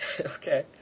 Okay